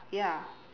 ya